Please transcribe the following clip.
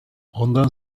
ondan